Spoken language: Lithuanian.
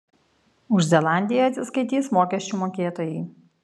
už zelandiją atsiskaitys mokesčių mokėtojai